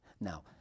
Now